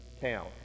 town